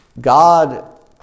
God